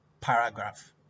paragraph